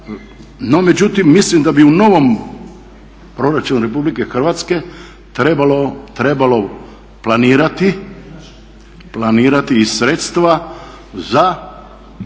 da. No mislim da bi u novom proračunu Republike Hrvatske trebalo planirati i sredstva za,